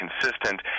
consistent